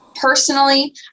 Personally